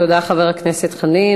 תודה, חבר הכנסת חנין.